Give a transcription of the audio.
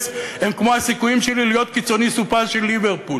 הם כמו הסיכויים שלי להיות קיצוני סופה של "ליברפול".